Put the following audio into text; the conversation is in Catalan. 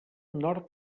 nord